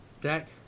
Deck